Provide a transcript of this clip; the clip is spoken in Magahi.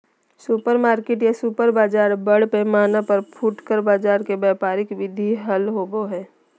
सुपरमार्केट या सुपर बाजार बड़ पैमाना पर फुटकर बाजार के व्यापारिक विधि हल होबा हई